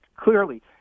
clearly